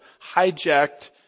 hijacked